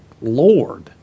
Lord